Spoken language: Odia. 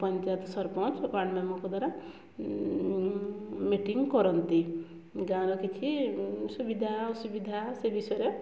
ପଞ୍ଚାୟତ ସରପଞ୍ଚ ପାଣି ମ୍ୟାମଙ୍କ ଦ୍ୱାରା ମିଟିଂ କରନ୍ତି ଗାଁର କିଛି ସୁବିଧା ଅସୁବିଧା ସେ ବିଷୟରେ